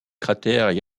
cratère